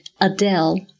Adele